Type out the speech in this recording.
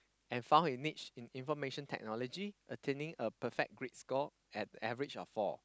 and found his niche in information technology attaining a perfect grade score and average of four